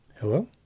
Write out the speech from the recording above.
hello